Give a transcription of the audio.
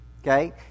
Okay